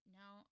now